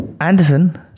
Anderson